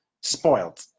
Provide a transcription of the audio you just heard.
spoiled